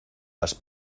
las